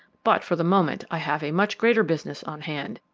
but for the moment i have a much greater business on hand,